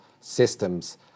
systems